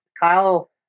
Kyle